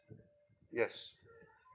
yes